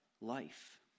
life